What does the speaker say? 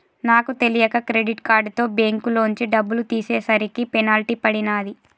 నాకు తెలియక క్రెడిట్ కార్డుతో బ్యేంకులోంచి డబ్బులు తీసేసరికి పెనాల్టీ పడినాది